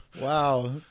Wow